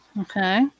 okay